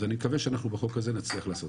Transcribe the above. אז אני מקווה שבחוק הזה נצליח לעשות את זה.